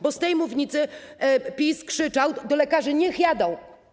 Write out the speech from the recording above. Bo z tej mównicy PiS krzyczał do lekarzy: niech jadą.